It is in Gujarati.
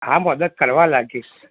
હા મદદ કરવા લાગીશ